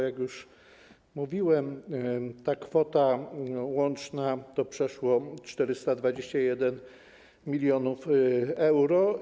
Jak już mówiłem, ta kwota łączna to ponad 421 mln euro.